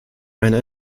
einer